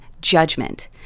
judgment